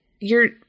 you're-